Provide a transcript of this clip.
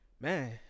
man